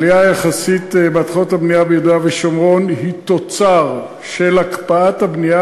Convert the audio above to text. עלייה יחסית בהתחלות הבנייה ביהודה ושומרון היא תוצר של הקפאת הבנייה